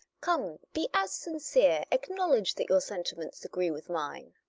come, be as sincere, acknowledge that your sentiments agree with mine.